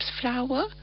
flour